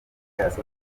pius